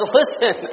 listen